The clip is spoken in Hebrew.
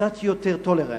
קצת יותר tolerance,